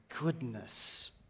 Goodness